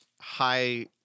high